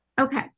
okay